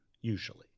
usually